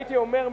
הייתי אומר,